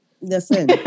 Listen